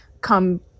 come